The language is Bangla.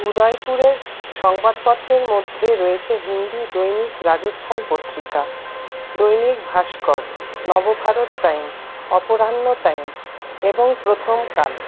উদয়পুরের সংবাদপত্রের মধ্যে রয়েছে হিন্দি দৈনিক রাজস্থান পত্রিকা দৈনিক ভাস্কর নবভারত টাইমস অপরাহ্ণ টাইমস এবং প্রথমকাল